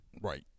Right